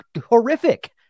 horrific